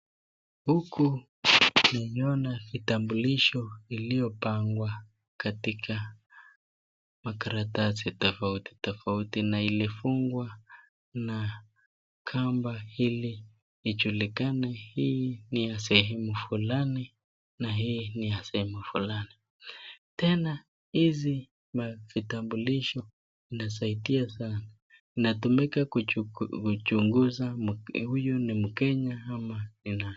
Huku naiona vitambulisho iliyopangwa katika karatasi tofauti tofauti na ilifungwa na kamba ili ijulikane hii ni ya sehemu fulani na hii ni ya sehemu fulani ,tena hii vitambulisho inasaidia sana inatumiaka kuchunguza huyu ni mkenya ama ni nani.